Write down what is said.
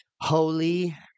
holy